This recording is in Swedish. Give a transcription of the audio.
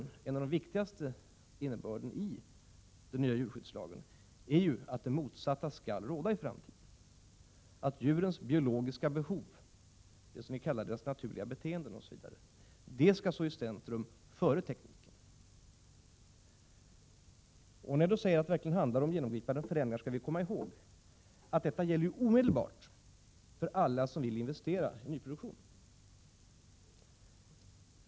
Något av det allra viktigaste i den nya djurskyddslagen är ju att det motsatta skall råda i framtiden. Djurens biologiska behov, det som vi kallar deras naturliga beteende osv., skall stå i centrum, och inte tekniken. När jag säger att det verkligen handlar om genomgripande förändringar, skall vi komma ihåg att detta gäller omedelbart för alla som vill investera i nyproduktion.